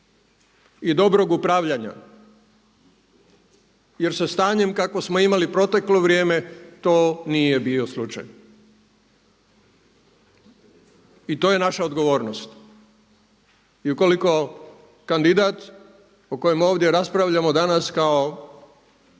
i dobrog upravljanja jer sa stanjem kakvo smo imali proteklo vrijeme, to nije bio slučaj. I to je naša odgovornost. I ukoliko kandidat o kojem ovdje raspravljamo danas kao